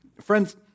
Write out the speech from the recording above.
Friends